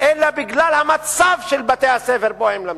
אלא בגלל מצב בתי-הספר שבהם הם למדו.